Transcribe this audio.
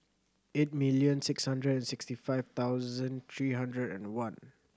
eight million six hundred and sixty five thousand three hundred and one